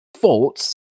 faults